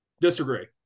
Disagree